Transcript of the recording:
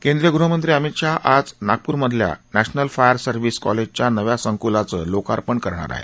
केंद्रीय गृहमंत्री अमित शाह आज नागपूरमधल्या नॅशनल फायर सर्विस कॉलेजच्या नव्या संकुलाचं लोकार्पण करणार आहेत